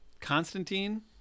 Constantine